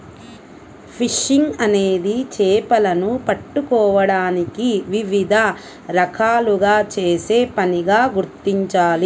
fishing అనేది చేపలను పట్టుకోవడానికి వివిధ రకాలుగా చేసే పనిగా గుర్తించాలి